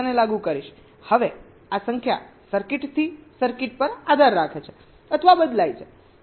હવે આ સંખ્યા સર્કિટથી સર્કિટ પર આધાર રાખે છે અથવા બદલાય છે